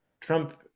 Trump